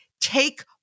Take